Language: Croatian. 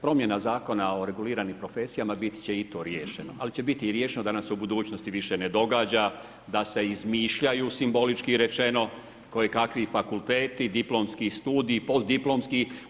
Promjena zakona o reguliranim profesijama bit će i to riješeno, ali će biti i riješeno da nam se u budućnosti više ne događa da se izmišljaju simbolički rečeno kojekakvi fakulteti, diplomski studiji, postdiplomski.